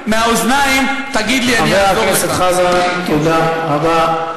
חבר הכנסת חזן, תודה רבה.